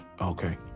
Okay